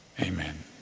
amen